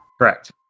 Correct